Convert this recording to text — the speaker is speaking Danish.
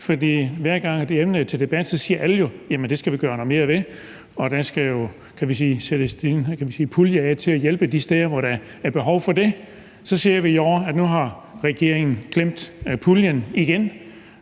for hver gang det emne er til debat, så siger alle jo: Jamen det skal vi gøre noget mere ved, og der skal sættes en pulje af til at hjælpe de steder, hvor der er behov for det. Men så ser vi i år, at regeringen igen